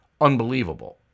unbelievable